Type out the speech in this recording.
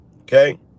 okay